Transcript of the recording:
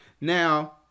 Now